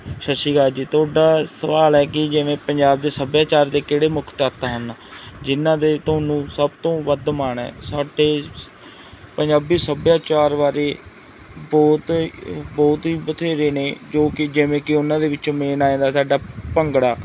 ਸਤਿ ਸ਼੍ਰੀ ਅਕਾਲ ਜੀ ਤੁਹਾਡਾ ਸਵਾਲ ਹੈ ਕਿ ਜਿਵੇਂ ਪੰਜਾਬ ਦੇ ਸੱਭਿਆਚਾਰ ਦੇ ਕਿਹੜੇ ਮੁੱਖ ਤੱਤ ਹਨ ਜਿਹਨਾਂ ਦੇ ਤੁਹਾਨੂੰ ਸਭ ਤੋਂ ਵੱਧ ਮਾਣ ਹੈ ਸਾਡੇ ਸ ਪੰਜਾਬੀ ਸੱਭਿਆਚਾਰ ਬਾਰੇ ਬਹੁਤ ਬਹੁਤ ਹੀ ਬਥੇਰੇ ਨੇ ਜੋ ਕਿ ਜਿਵੇਂ ਕਿ ਉਹਨਾਂ ਦੇ ਵਿੱਚੋਂ ਮੇਨ ਆ ਜਾਂਦਾ ਸਾਡਾ ਭੰਗੜਾ